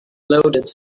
loaded